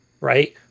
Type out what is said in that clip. right